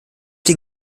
dem